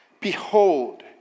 Behold